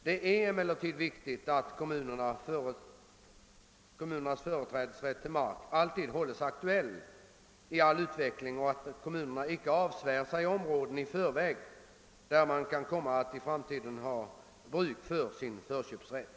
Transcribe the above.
Det är emellertid viktigt att kommunernas företrädesrätt till mark alltid hålles aktuell i all utveckling och att kommunerna icke avsvär sig områden i förväg där man kan komma att i framtiden ha bruk för sin förköpsrätt.